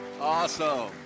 Awesome